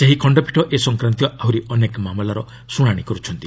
ସେହି ଖଣ୍ଡପୀଠ ଏ ସଂକ୍ରାନ୍ତୀୟ ଆହୁରି ଅନେକ ମାମଲାର ଶୁଣାଣି କରୁଛନ୍ତି